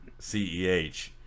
ceh